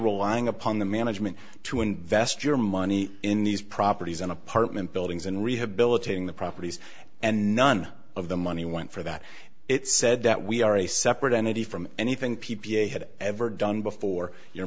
relying upon the management to invest your money in these properties and apartment buildings and rehabilitating the properties and none of the money went for that it said that we are a separate entity from anything p p a had ever done before your